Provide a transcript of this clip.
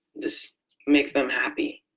just make them happy.